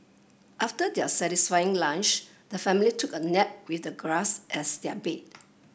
after their satisfying lunch the family took a nap with the grass as their bed